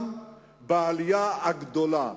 גם בזמן העלייה הגדולה